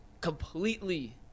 completely